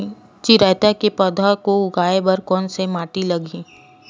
चिरैता के पौधा को उगाए बर कोन से माटी लगही?